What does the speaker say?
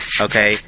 okay